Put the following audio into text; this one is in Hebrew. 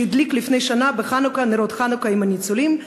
שהדליק לפני שנה בחנוכה נרות חנוכה עם הניצולים,